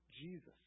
Jesus